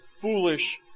foolish